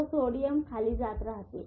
व सोडियम खाली जात राहते